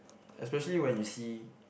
especially when you see